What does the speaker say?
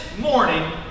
morning